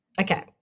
Okay